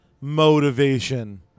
motivation